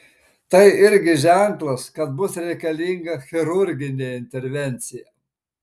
tai irgi ženklas kad bus reikalinga chirurginė intervencija